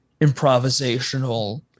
improvisational